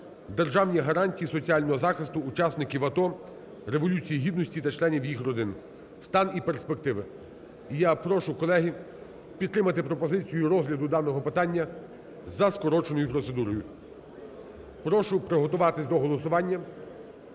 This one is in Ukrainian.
"Державні гарантії соціального захисту учасників АТО, Революції Гідності та членів їх родин: стан і перспективи". І я прошу, колеги, підтримати пропозицію розгляду даного питання за скороченою процедурою. Прошу приготуватись до голосування,